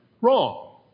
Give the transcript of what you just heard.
Wrong